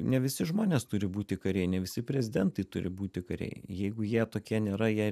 ne visi žmonės turi būti kariai ne visi prezidentai turi būti kariai jeigu jie tokie nėra jie